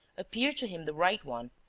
appeared to him the right one,